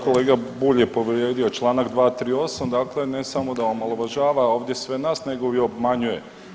Kolega Bulj je povrijedio čl. 238. dakle ne samo da omalovažava ovdje sve nas nego i obmanjuje.